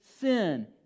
sin